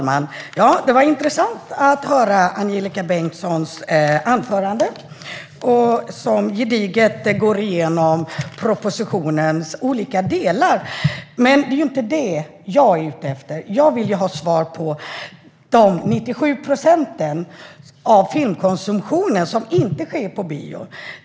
Herr talman! Det var intressant att höra Angelika Bengtssons anförande, där hon gediget gick igenom propositionens olika delar. Men det är inte det jag är ute efter. Jag vill ha svar på frågan om de 97 procent av filmkonsumtionen som inte sker på bio.